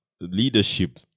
leadership